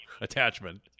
attachment